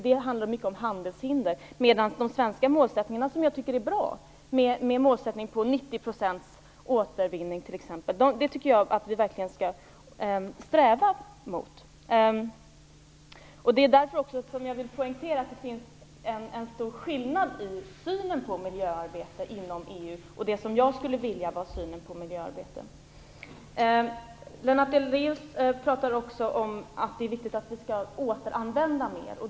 De svenska målsättningarna, som jag tycker är bra, t.ex. målsättningen om 90 % återvinning, är något som vi skall sträva mot. Det är därför som jag vill poängtera att det finns en stor skillnad i synen på miljöarbetet inom EU och det som jag skulle vilja vara synen på miljöarbetet. Lennart Daléus talar också om att det är viktigt att vi skall återanvända mer.